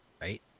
Right